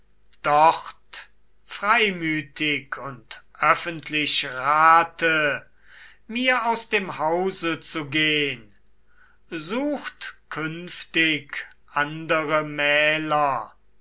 dort freimütig und öffentlich rate mir aus dem hause zu gehn sucht künftig andere mähler